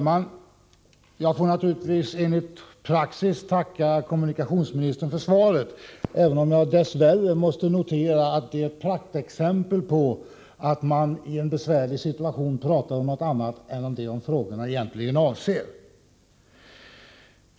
Herr talman! Naturligtvis ber jag att få tacka kommunikationsministern för svaret — det är ju praxis att göra det — även om jag, dess värre, måste konstatera att svaret är ett praktexempel på att man i en besvärlig situation talar om någonting annat än det som diskussionen egentligen avser.